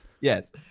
Yes